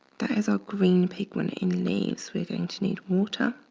that is our green pigment in leaves, we are going to need water